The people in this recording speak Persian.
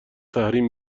تحریم